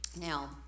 Now